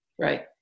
Right